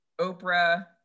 Oprah